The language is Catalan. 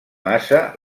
massa